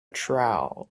trowel